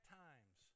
times